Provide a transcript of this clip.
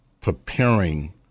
preparing